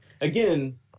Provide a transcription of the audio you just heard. Again